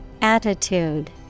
Attitude